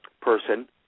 person